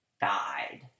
died